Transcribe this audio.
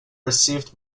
received